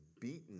beaten